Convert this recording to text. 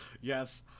Yes